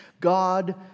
God